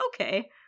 okay